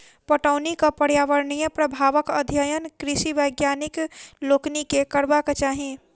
पटौनीक पर्यावरणीय प्रभावक अध्ययन कृषि वैज्ञानिक लोकनि के करबाक चाही